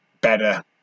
better